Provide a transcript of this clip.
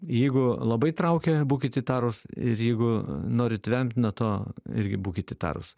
jeigu labai traukia būkit įtarus ir jeigu norit vemt nuo to irgi būkit įtarus